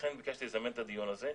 ולכן ביקשתי לזמן את הדיון הזה,